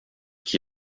qui